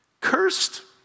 Cursed